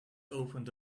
opened